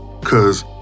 Cause